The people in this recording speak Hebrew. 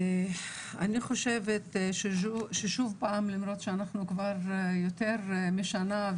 אני חושבת שלמרות שאנחנו כבסר יותר משנה,